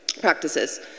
Practices